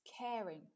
caring